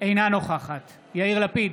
אינה נוכחת יאיר לפיד,